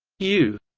u